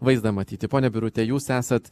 vaizdą matyti ponia birute jūs esat